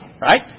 right